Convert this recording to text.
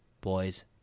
boys